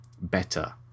better